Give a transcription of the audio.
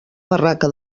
barraca